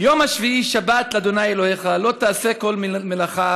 "יום השביעי שבת לה' אלוהיך, לא תעשה כל מלאכה,